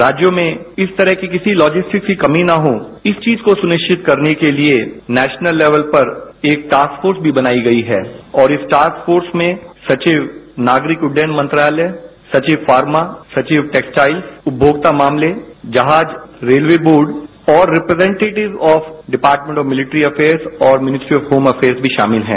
राज्यों में इस तरह की किसी लॉजिस्टिक्स की कोई कमी ना हो इस चीज को सुनिश्चित करने के लिये नेशनल लेवल पर एक टास्क फोर्स भी बनाई गई है और इस टास्क फोर्स में सचिव नागरिक उड्डयन मंत्रालय सचिव फार्मा सचिव टैक्सटाइल्स उपभोक्ता मामले जहाज रेलवे बोर्ड और representatives of department of military और मिनिस्ट्री और होम अफेयर्स भी शामिल हैं